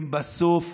בסוף,